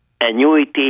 annuity